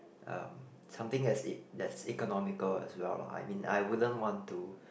uh something that's it that's economical as well lah I mean I wouldn't want to